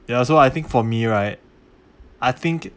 ya so I think for me right I think